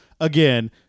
again